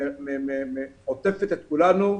עוטפת את כולנו,